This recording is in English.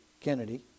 Kennedy